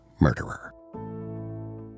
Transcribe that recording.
Murderer